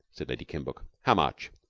said lady kimbuck. how much?